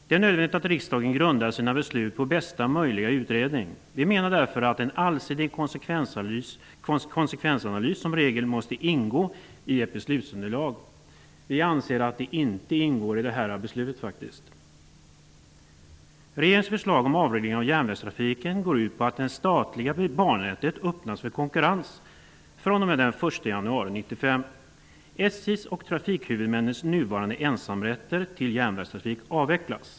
Det är nödvändigt att riksdagen grundar sina beslut på bästa möjliga utredning. Vi menar därför att en allsidig konsekvensanalys som regel måste ingå i ett beslutsunderlag. Vi anser att det faktiskt inte ingår någon sådan i detta beslut. SJ:s och trafikhuvudmännens nuvarande ensamrätter till järnvägstrafik avvecklas.